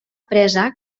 presa